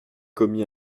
commis